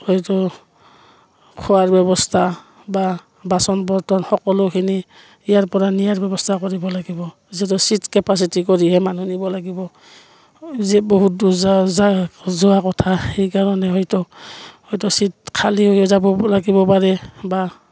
হয়তো খোৱাৰ ব্যৱস্থা বা বাচন বৰ্তন সকলোখিনি ইয়াৰপৰা নিয়াৰ ব্যৱস্থা কৰিব লাগিব যিহেতু ছিট কেপাচিটি কৰিহে মানুহ নিব লাগিব যে বহুত যোৱা কথা সেইকাৰণে হয়তো হয়তো ছিট খালী হৈ যাব লাগিব পাৰে বা